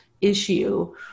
issue